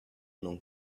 non